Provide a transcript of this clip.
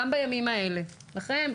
גם בימים האלה לכם,